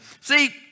See